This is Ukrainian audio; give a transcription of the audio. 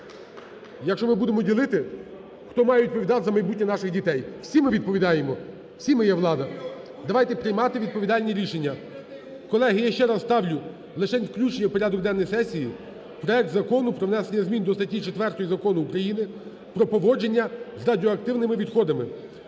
якщо ми будемо ділити хто має відповідати за майбутнє наших дітей. Всі ми відповідаємо, всі ми є влада. Давайте приймати відповідальні рішення. Колеги, я ще раз ставлю лишень включення в порядок денний сесії проект Закону про внесення змін до статті 4 Закону України "Про поводження з радіоактивними відходами"